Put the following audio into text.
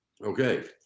Okay